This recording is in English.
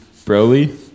Broly